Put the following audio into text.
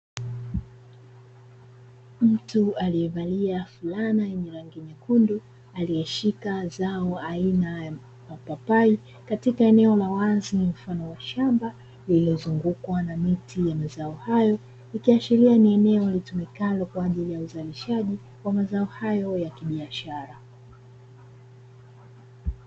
Mtu aliyevalia fulana yenye rangi nyekundu, aliyeshika zao aina ya mapapai katika eneo la wazi mfano wa shamba, lililozungukwa na miti ya mazao hayo. Ikiashiria ni eneo litumikalo kwa ajili ya uzalishaji wa mazao hayo ya kibiashara.